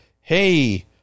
Hey